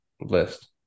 list